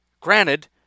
Granted